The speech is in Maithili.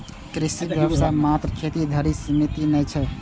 कृषि व्यवसाय मात्र खेती धरि सीमित नै छै